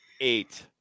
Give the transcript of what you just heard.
Eight